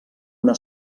una